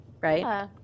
Right